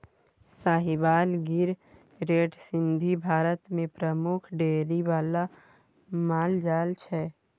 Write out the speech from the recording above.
Sahiwal, Gir, red Sindhi Bharat मे प्रमुख dairy बला माल जाल छै